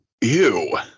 Ew